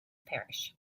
parish